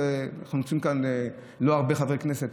נמצאים כאן לא הרבה חברי כנסת,